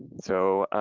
so